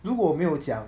如果我没有讲